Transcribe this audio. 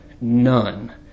none